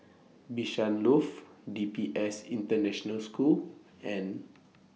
Bishan Loft D P S International School and